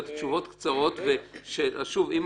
ושוב, אם